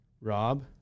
Rob